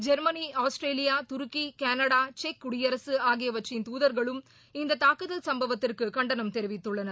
Germany Australia துருக்கி Canada செக் குடியரசு ஆகியவற்றின் துதா்களும் இந்த தாக்குதல் சம்பவத்திற்கு கண்டனம் தெரிவித்துள்ளனர்